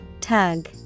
tug